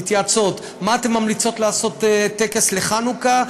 מתייעצות: מה אתן ממליצות לעשות בטקס לחנוכה,